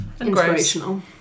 Inspirational